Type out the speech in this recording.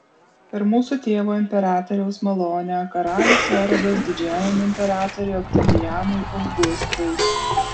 per mūsų tėvo imperatoriaus malonę karalius erodas didžiajam imperatoriui oktavianui augustui